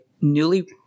newly